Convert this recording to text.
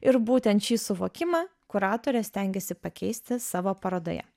ir būtent šį suvokimą kuratorė stengiasi pakeisti savo parodoje